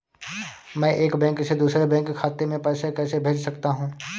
मैं एक बैंक से दूसरे बैंक खाते में पैसे कैसे भेज सकता हूँ?